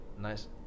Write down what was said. Nice